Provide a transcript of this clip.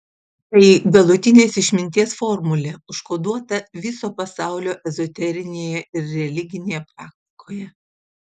tai galutinės išminties formulė užkoduota viso pasaulio ezoterinėje ir religinėje praktikoje